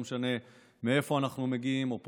לא משנה מאיפה אנחנו מגיעים: אופוזיציה,